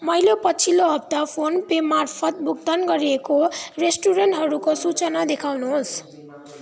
मैले पछिल्लो हप्ता फोन पेमार्फत भुक्तान गरेको रेस्टुरेन्टहरूको सूचना देखाउनुहोस्